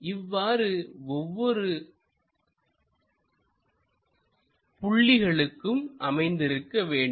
இவ்வாறு ஒவ்வொரு புள்ளிகளுக்கும் அமைந்திருக்க வேண்டும்